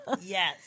Yes